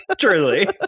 Truly